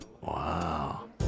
Wow